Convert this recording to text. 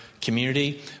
community